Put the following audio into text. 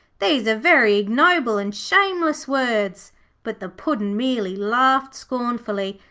these are very ignoble and shameless words but the puddin' merely laughed scornfully,